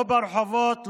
לא ברחובות,